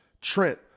Trent